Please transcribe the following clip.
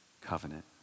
covenant